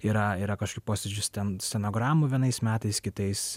yra yra kažkokių posėdžių sten stenogramų vienais metais kitais